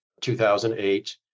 2008